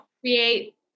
create